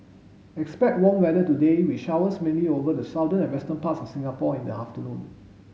expect warm weather today with showers mainly over the southern and western parts of Singapore in the afternoon